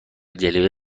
جلیقه